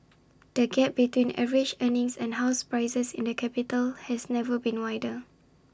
the gap between average earnings and house prices in the capital has never been wider